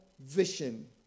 vision